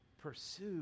Pursue